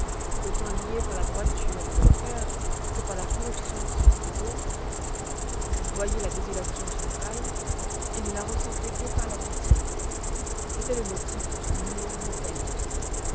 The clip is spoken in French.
autant liés par la droiture de leur cœur que par la corruption de celui des autres ils voyoient la désolation générale et ne la ressentoient que par la pitié c'était le motif d'une union nouvelle